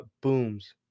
booms